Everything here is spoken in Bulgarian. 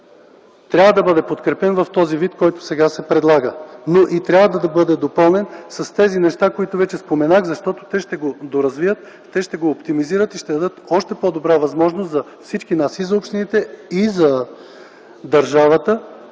трябва да бъде подкрепен във вида, в който сега се предлага, но трябва да бъде допълнен с нещата, които споменах, защото те ще го доразвият, ще го оптимизират и ще дадат още по-добра възможност на общините и на държавата